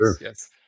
yes